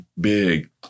big